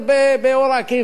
לא,